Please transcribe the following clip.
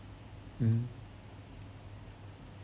mmhmm